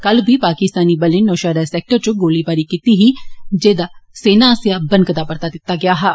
कल बी पाकिस्तानी बलें नौशहरा सैक्टर च गोलीबारी कीती ही जेदा सेना आस्सेआ बनकदा परता दित्ता गेआ हा